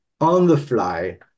on-the-fly